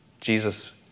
Jesus